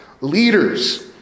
leaders